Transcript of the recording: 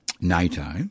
NATO